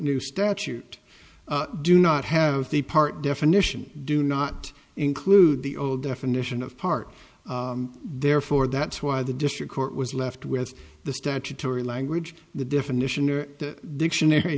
new statute do not have the part definition do not include the old definition of part therefore that's why the district court was left with the statutory language the definition or the dictionary